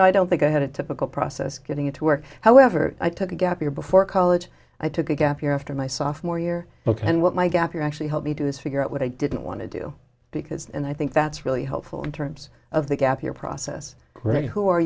know i don't think i had a typical process getting into work however i took a gap year before college i took a gap year after my sophomore year ok and what my gap year actually help me do is figure out what i didn't want to do because and i think that's really helpful in terms of the gap year process right who are